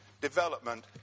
development